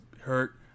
hurt